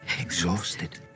exhausted